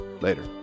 Later